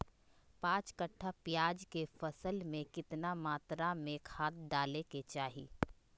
पांच कट्ठा प्याज के फसल में कितना मात्रा में खाद डाले के चाही?